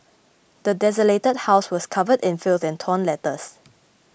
the desolated house was covered in filth and torn letters